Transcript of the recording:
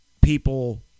people